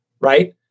right